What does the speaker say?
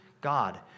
God